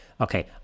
okay